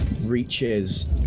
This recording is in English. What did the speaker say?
reaches